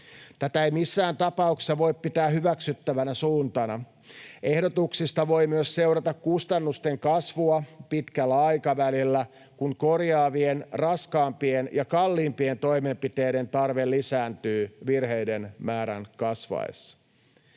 Tätä ei missään tapauksessa voi pitää hyväksyttävänä suuntana. Ehdotuksesta voi myös seurata kustannusten kasvua pitkällä aikavälillä, kun korjaavien, raskaampien ja kalliimpien toimenpiteiden tarve lisääntyy virheiden määrän kasvaessa.